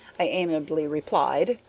i amiably replied.